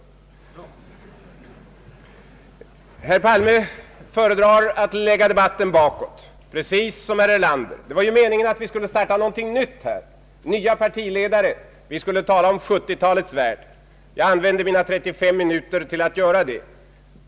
Herr Palme föredrar att lägga debatten bakåt, precis som herr Erlander. Det var ju meningen att vi skulle starta något nytt här, med nya partiledare. Vi skulle tala om 1970-talets värld. Jag använde mina drygt 35 minuter till att göra det.